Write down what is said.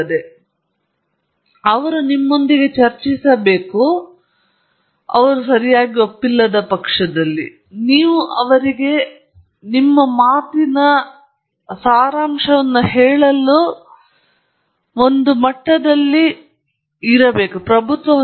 ಮತ್ತೊಂದೆಡೆ ನೀವು ಮಾಡಿದ ಪ್ರಯೋಗಗಳ ವ್ಯಾಪ್ತಿಯಲ್ಲಿ ನಿರ್ದಿಷ್ಟ ಪ್ಯಾರಾಮೀಟರ್ ಕೆಲವು ಪ್ರಾಯೋಗಿಕ ಪರಿಸ್ಥಿತಿಗಳಿಗೆ ಕಡಿಮೆ ಮೌಲ್ಯವನ್ನು ಹೊಂದಿದೆ ಎಂದು ನಿಮಗೆ ತಿಳಿಸಲು ಬಯಸಿದರೆ ಅದು ಗರಿಷ್ಠ ಮಟ್ಟವನ್ನು ತಲುಪುತ್ತದೆ ಮತ್ತು ನಂತರ ಅದು ಕೆಳಗೆ ಬರುತ್ತದೆ ಮತ್ತೊಮ್ಮೆ ಕಡಿಮೆ ಮೌಲ್ಯಕ್ಕೆ ಮತ್ತು ನಿಮ್ಮ ಪ್ರಸ್ತುತಿಯ ಉದ್ದೇಶವು ಆ ಪ್ಯಾರಾಮೀಟರ್ಗೆ ಗರಿಷ್ಟವಿದೆ ಎಂದು ಹೈಲೈಟ್ ಮಾಡುವುದು ಆ ಸಂದರ್ಭದಲ್ಲಿ ಒಂದು ಕೋಷ್ಟಕವು ಅದನ್ನು ಪ್ರಸ್ತುತಪಡಿಸಲು ಅತ್ಯಂತ ಕಳಪೆ ಮಾರ್ಗವಾಗಿದೆ